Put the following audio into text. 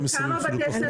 כמה בתי ספר כאלה יש?